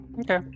Okay